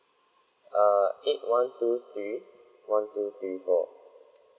err eight one two three one two three four